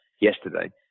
yesterday